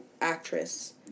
actress